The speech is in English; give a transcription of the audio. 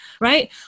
right